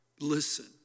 Listen